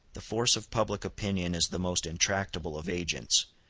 the force of public opinion is the most intractable of agents,